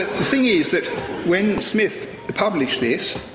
the thing is, that when smith published this,